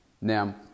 Now